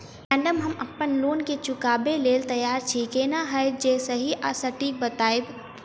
Madam हम अप्पन loan केँ चुकाबऽ लैल तैयार छी केना हएत जे सही आ सटिक बताइब?